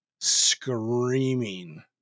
screaming